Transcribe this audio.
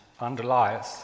underlies